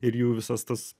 ir jų visas tas